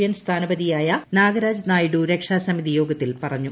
N സ്ഥാനപതിയായ നാഗരാജ നായ്ഡു രക്ഷാ സമിതി യോഗത്തിൽ പറഞ്ഞു